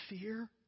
Fear